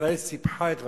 ישראל סיפחה את רמת-הגולן.